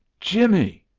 jimmie!